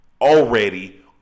already